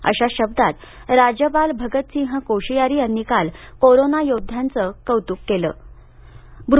अशा शब्दात राज्यपाल भगतसिंह कोश्यारी यांनी काल कोरोना योद्ध्यांना कौत्काची थाप दिली